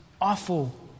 awful